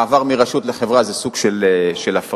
המעבר מרשות לחברה זה סוג של הפרטה.